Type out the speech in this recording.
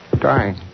Dying